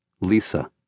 Lisa